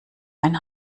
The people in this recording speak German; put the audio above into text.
ein